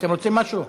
אתם רוצים משהו?